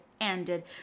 ended